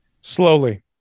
Slowly